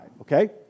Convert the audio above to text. Okay